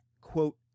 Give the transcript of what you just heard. quote